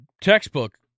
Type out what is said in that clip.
textbook